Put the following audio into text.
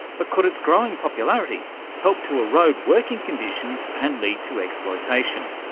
but could its growing popularity help to erode working conditions and lead to exploitation?